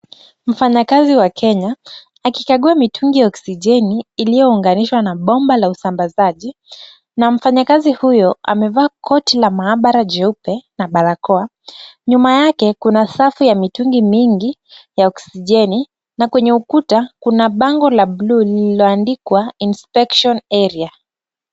Mfanyikazi wa Kenya akikagua mitungi ya oksijeni iliyo unganishwa na bomba la usambazaji na mfanyakazi huyo amevaa koti la maabara jeupe na barakoa. Nyuma yake kuna safu ya mitungi mingi ya oksijeni na kwenye ukuta kuna bango la buluu lililoandikwa inspection area .